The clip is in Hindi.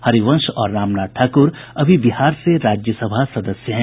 हरिवंश और रामनाथ ठाकूर अभी बिहार से राज्यसभा सदस्य हैं